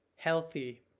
healthy